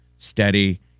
steady